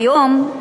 היום,